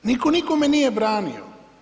Nitko nikome nije branio.